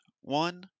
One